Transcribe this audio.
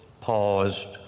paused